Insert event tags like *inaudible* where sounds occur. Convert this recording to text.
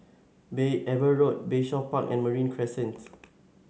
*unintelligible* Eber Road Bayshore Park and Marine Crescent